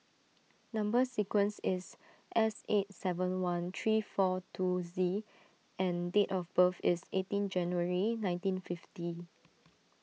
Number Sequence is S eight seven one three four two Z and date of birth is eighteen January nineteen fifty